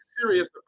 serious